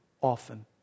often